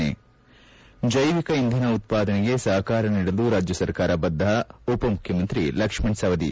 ಚ್ಯೆವಿಕ ಇಂಧನ ಉತ್ಪಾದನೆಗೆ ಸಹಕಾರ ನೀಡಲು ರಾಜ್ಯ ಸರ್ಕಾರ ಬದ್ದ ಉಪ ಮುಖ್ಯ ಮಂತ್ರಿ ಲಕ್ಷ್ಣಣ್ ಸವದಿ